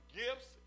gifts